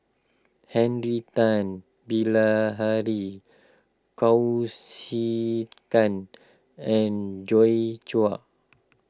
Henry Tan Bilahari Kausikan and Joi Chua